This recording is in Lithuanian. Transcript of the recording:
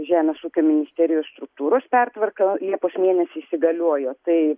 žemės ūkio ministerijos struktūros pertvarka liepos mėnesį įsigaliojo tai